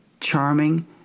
charming